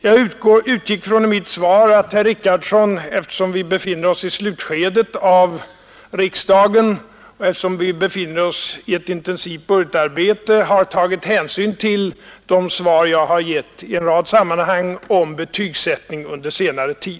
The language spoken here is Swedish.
Jag utgick i mitt svar fran att herr Richardson, eftersom vi befinner oss i slutskedet av riksdagen och är uppe i ett intensivt budgetarbete, har tagit hänsyn till de svar jag under senare tid givit i en rad sammanhang om betygsättning.